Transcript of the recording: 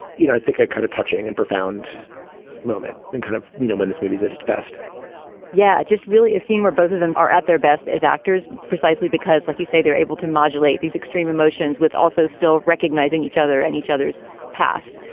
you know, i think a kind of touching and profound moment and kind of, you know, when this movie's at its best yeah. it just really a scene where both of them are at their best as actors precisely because, like you say, they're able to modulate these extreme emotions with also still recognizing each other and each other's past.